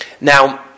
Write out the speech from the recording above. Now